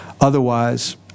Otherwise